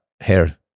hair